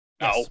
No